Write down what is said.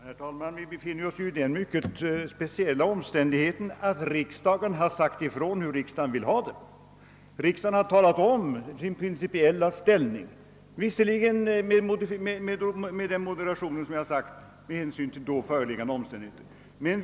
' Herr talman! Vi befinner oss i den mycket speciella situationen, att riksdagen sagt ifrån hur den vill ha det: Riksdagen har talat om sin principiella inställning, visserligen — jag här redan gjort den reservationen -— med hänsyn till de omständigheter som då förelåg.